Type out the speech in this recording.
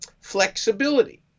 flexibility